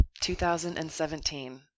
2017